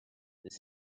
this